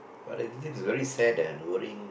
but I think this is very sad and worrying